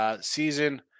Season